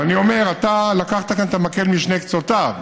אני אומר, אתה לקחת כאן את המקל משני קצותיו: